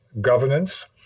governance